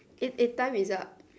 eh eh time is up